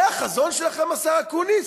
זה החזון שלכם, השר אקוניס?